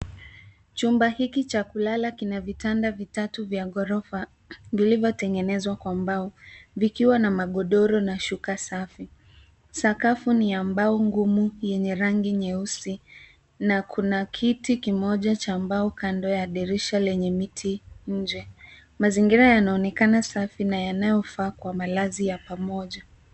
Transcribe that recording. Chumba hiki cha kulala kina vitanda vitatu vya ghorofa vilivyotengenezwa kwa mbao vikiwa na magodoro na shuka safi. Sakafu ni ya mbao ngumu yenye rangi nyeusi na kuna kiti kimoja cha mbao kando ya dirisha lenye miti nje. Mazingira yanaonekana safi na yanayofaa kwa malazi ya pamoja.